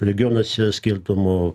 regionuose skirtumų